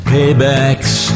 Paybacks